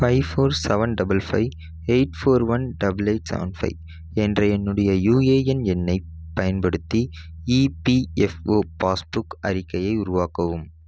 five four seven double five eight four one double eight seven five என்ற என்னுடைய UAN எண்ணைப் பயன்படுத்தி EPFO passbook அறிக்கையை உருவாக்கவும்